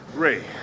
Ray